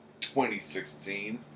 2016